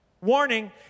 Warning